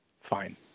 fine